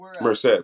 Merced